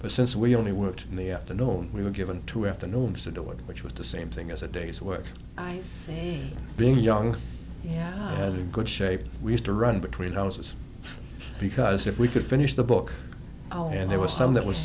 but since we only worked in the afternoon we were given two afternoons to do it which was the same thing as a day's work being young and good shape we used to run between houses because if we could finish the book and there was some that was